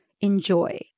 enjoy